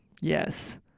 yes